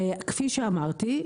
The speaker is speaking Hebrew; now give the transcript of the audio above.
כפי שאמרתי,